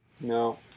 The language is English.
No